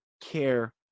care